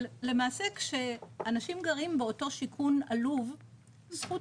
אבל למעשה כשאנשים גרים באותו שיכון עלוב זכות